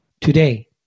today